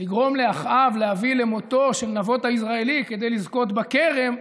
לגרום לאחאב להביא למותו של נבות היזרעאלי כדי לזכות בכרם,